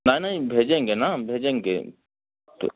नहीं नहीं भेजेंगे न भेजेंगे तो